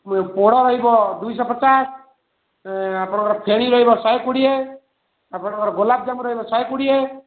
ପୋଡ଼ ରହିବ ଦୁଇଶହ ପଚାଶ୍ ଆପଣଙ୍କର ଫେଣୀ ରହିବ ଶହେ କୋଡ଼ିଏ ଆପଣଙ୍କର ଗୋଲପଯାମୁ ରହିବ ଶହେ କୋଡ଼ିଏ